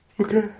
Okay